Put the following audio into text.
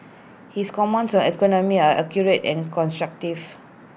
his comments on economy are accurate and constructive